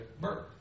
birth